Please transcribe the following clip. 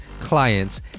clients